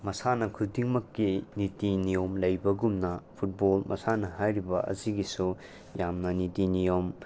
ꯃꯁꯥꯟꯅ ꯈꯨꯗꯤꯡꯃꯛꯀꯤ ꯅꯤꯇꯤ ꯅꯤꯌꯣꯝ ꯂꯩꯕꯒꯨꯝꯅ ꯐꯨꯠꯕꯣꯜ ꯃꯁꯥꯟꯅ ꯍꯥꯏꯔꯤꯕ ꯑꯁꯤꯒꯤꯁꯨ ꯌꯥꯝꯅ ꯅꯤꯇꯤ ꯅꯤꯌꯣꯝ